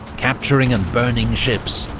capturing and burning ships,